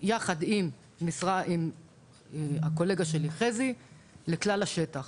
יחד עם הקולגה שלי חזי לכלל השטח